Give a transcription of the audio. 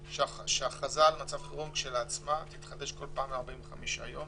הכרזה על מצב חירום כשלעצמה תתחדש כל פעם ל-45 יום